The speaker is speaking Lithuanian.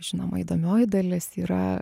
žinoma įdomioji dalis yra